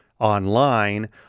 online